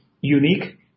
unique